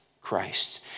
christ